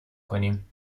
کنیم